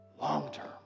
long-term